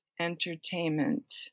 entertainment